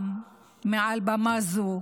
מעל במה זו,